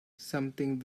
something